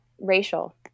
racial